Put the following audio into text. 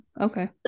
Okay